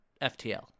FTL